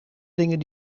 dingen